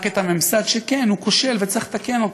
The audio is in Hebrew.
רק את הממסד, שכן, הוא כושל וצריך לתקן אותו,